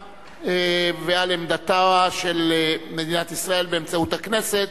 ועל עמדתה של מדינת ישראל באמצעות הכנסת,